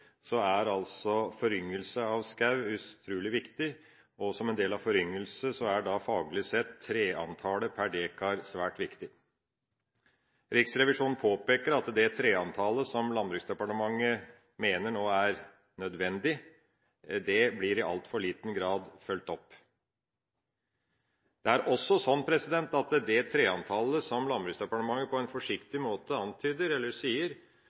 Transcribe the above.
er foryngelse av skog utrolig viktig, og som en del av foryngelsen er treantallet per dekar faglig sett svært viktig. Riksrevisjonen påpeker at det treantallet som Landbruksdepartementet nå mener er nødvendig, i altfor liten grad blir fulgt opp. Det er også slik at det kan diskuteres om det treantallet som Landbruksdepartementet på en forsiktig måte antyder,